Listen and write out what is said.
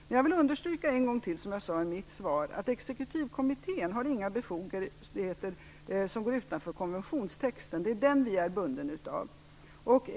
Men jag vill en gång till understryka, som jag sade i mitt svar, att exekutivkommittén inte har några befogenheter som går utanför konventionstexten. Det är den som vårt land är bundet av.